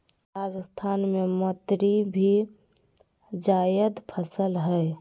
राजस्थान में मतीरी भी जायद फसल हइ